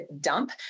dump